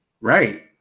Right